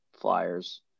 Flyers